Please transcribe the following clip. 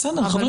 בסדר, חברים.